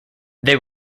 they